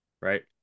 right